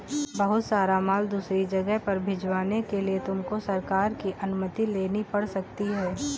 बहुत सारा माल दूसरी जगह पर भिजवाने के लिए तुमको सरकार की अनुमति लेनी पड़ सकती है